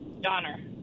Donner